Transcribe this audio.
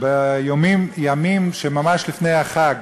בימים שממש לפני החג.